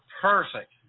perfect